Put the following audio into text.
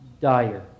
dire